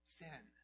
sin